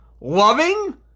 Loving